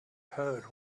heard